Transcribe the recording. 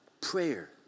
prayer